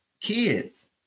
kids